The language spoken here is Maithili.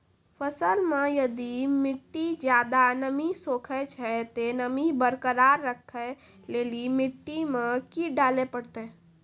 फसल मे यदि मिट्टी ज्यादा नमी सोखे छै ते नमी बरकरार रखे लेली मिट्टी मे की डाले परतै?